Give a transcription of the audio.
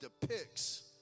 depicts